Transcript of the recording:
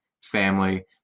family